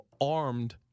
armed